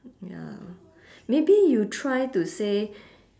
ya maybe you try to say